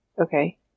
Okay